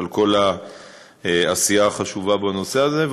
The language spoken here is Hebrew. על כל העשייה החשובה בנושא הזה.